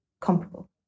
comparable